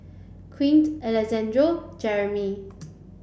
Quint Alejandro Jeramy